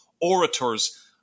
orators